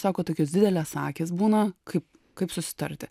sako tokios didelės akys būna kaip kaip susitarti